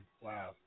Wow